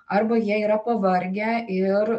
arba jie yra pavargę ir